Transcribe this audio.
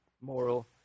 moral